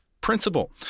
principle